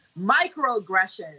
microaggressions